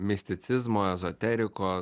misticizmo ezoteriko